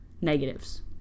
negatives